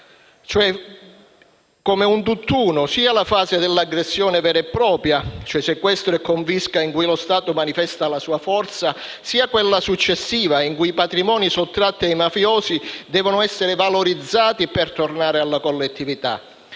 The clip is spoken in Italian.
cioè come un tutt'uno, sia nella fase dell'aggressione vera e propria - sequestro e confisca in cui lo Stato manifesta la sua forza - sia in quella successiva, in cui i patrimoni sottratti ai mafiosi devono essere valorizzati per ritornare alla collettività.